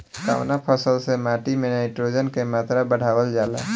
कवना फसल से माटी में नाइट्रोजन के मात्रा बढ़ावल जाला?